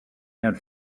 and